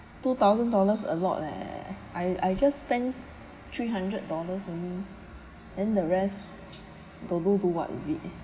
two thousand dollars a lot [leh]I I just spend three hundred dollars only then the rest don't know do what with it